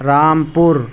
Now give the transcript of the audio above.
Rampur